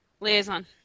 Liaison